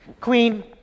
Queen